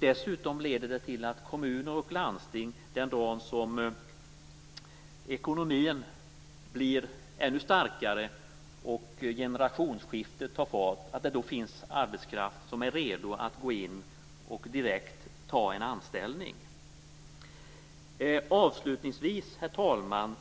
Dessutom leder det till att det i kommuner och landsting den dag som ekonomin blir ännu starkare och generationsskiftet tar fart finns arbetskraft som är redo att gå in och direkt ta en anställning. Avslutningsvis, herr talman,